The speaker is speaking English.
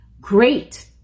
great